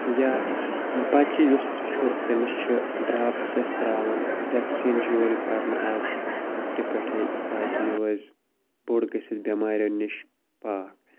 یا بَچہٕ یُس تہِ چھُ تٔمِس چھِ ڈرٛاپٕس أسۍ ترٛاوان وٮ۪کسیٖن چھِ یِوان کرنہٕ آز لۄکٹہِ پٮ۪ٹھَے تاکہِ یہِ روزِ بوٚڈ گٔژھِتھ بٮ۪ماریو نِش پاک